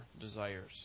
desires